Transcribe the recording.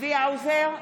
צבי האוזר,